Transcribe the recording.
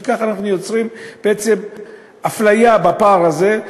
כי כך אנחנו יוצרים אפליה בפער הזה,